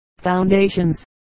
foundations